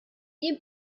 jien